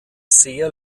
sehr